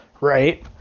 Right